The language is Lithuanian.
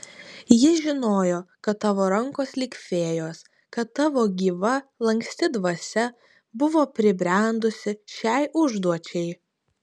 ji žinojo kad tavo rankos lyg fėjos kad tavo gyva lanksti dvasia buvo pribrendusi šiai užduočiai